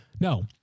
No